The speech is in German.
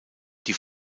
die